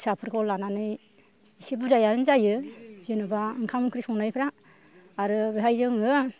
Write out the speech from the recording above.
फिसाफोरखौ लानानै एसे बुरजायानो जायो जेनोबा ओंखाम ओंख्रि संनायफ्रा आरो बेहाय जोङो